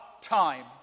time